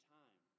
time